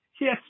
Yes